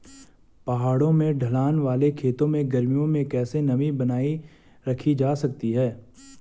पहाड़ों में ढलान वाले खेतों में गर्मियों में कैसे नमी बनायी रखी जा सकती है?